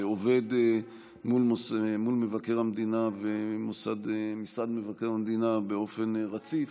עובד מול מבקר המדינה ומשרד מבקר המדינה באופן רציף,